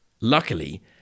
Luckily